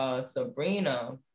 Sabrina